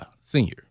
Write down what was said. senior